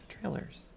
Trailers